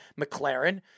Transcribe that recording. McLaren